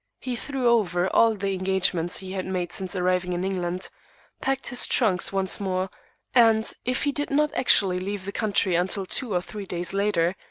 he threw over all the engagements he had made since arriving in england packed his trunks once more and, if he did not actually leave the country until two or three days later,